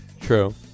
True